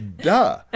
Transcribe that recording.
Duh